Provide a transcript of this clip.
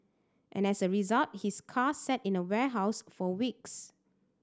and as a result his car sat in a warehouse for weeks